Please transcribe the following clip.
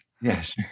Yes